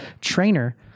trainer